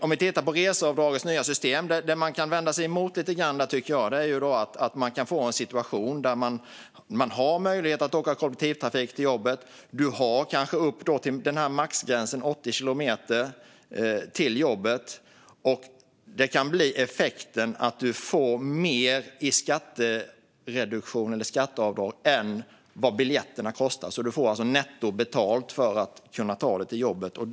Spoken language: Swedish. Om vi tittar på det nya systemet för reseavdrag kan man lite grann vända sig emot att man kan få en situation där du har möjlighet att åka kollektivtrafik till jobbet och kanske har upp till maxgränsen 80 kilometer till jobbet. Effekten kan bli att du får mer i skatteavdrag än vad biljetterna kostar. Du får alltså netto betalt för att kunna ta dig till jobbet.